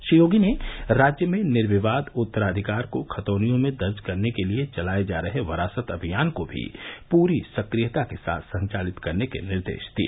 श्री योगी ने राज्य में निर्विवाद उत्तराधिकार को खतौनियों में दर्ज करने के लिए चलाए जा रहे वरासत अभियान को भी पूरी सक्रियता के साथ संचालित करने के निर्देश दिए